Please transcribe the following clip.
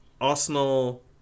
Arsenal